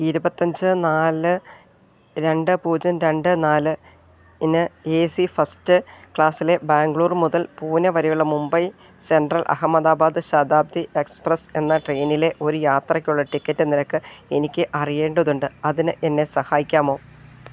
ഇരുപത്തിയഞ്ച് നാല് രണ്ട് പൂജ്യം രണ്ട് നാലിന് എ സി ഫസ്റ്റ് ക്ലാസ്സിലെ ബാംഗ്ലൂർ മുതൽ പൂനെ വരെയുള്ള മുംബൈ സെൻട്രൽ അഹമ്മദാബാദ് ശതാബ്ദി എക്സ്പ്രസ്സ് എന്ന ട്രെയിനിലെ ഒരു യാത്രയ്ക്കുള്ള ടിക്കറ്റ് നിരക്ക് എനിക്ക് അറിയേണ്ടതുണ്ട് അതിന് എന്നെ സഹായിക്കാമോ